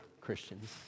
Christians